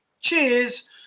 cheers